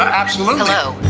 absolutely. hello.